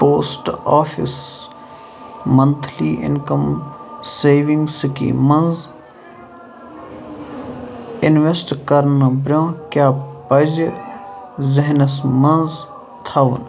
post office monthly income savings scheme منٛز invest کرنہٕ برٛونٛہہ کیٛاہ پزِ ذہنَس منٛز تھاوُن